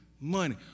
money